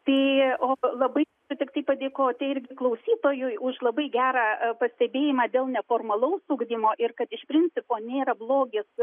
tai o labai tai tiktai padėkoti ir klausytojui už labai gerą pastebėjimą dėl neformalaus ugdymo ir kad iš principo nėra blogis